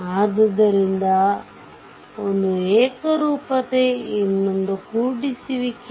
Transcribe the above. ಆದ್ದರಿಂದ ಒಂದು ಏಕರೂಪತೆ ಇನ್ನೊಂದು ಕೂಡಿಸುವಿಕೆ